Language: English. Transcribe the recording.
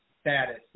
status